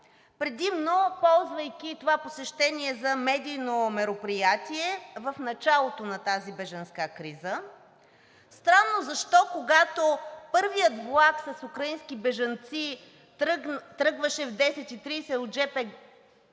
предимно ползвайки това посещение за медийно мероприятие в началото на тази бежанска криза. Странно защо, когато първият влак с украински бежанци тръгваше в 10,30 ч. от жп